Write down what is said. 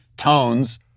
Tones